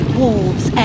wolves